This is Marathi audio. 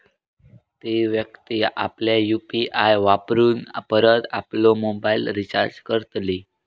ती व्यक्ती आपल्या यु.पी.आय वापरून परत आपलो मोबाईल रिचार्ज करतली